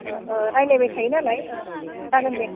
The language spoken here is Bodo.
रायज्लाय थायो नालाय जागोन दे